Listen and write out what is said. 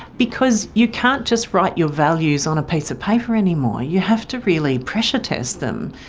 because you can't just write your values on a piece of paper anymore, you have to really pressure-test them.